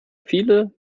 viele